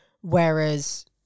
Whereas